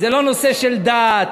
זה לא נושא של דת,